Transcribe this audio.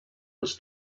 was